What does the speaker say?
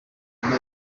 nyina